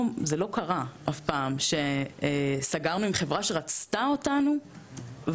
זה לא קרה אף פעם שסגרנו עם חברה שרצתה אותנו וסגרנו,